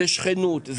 זו שכנות,